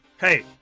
Hey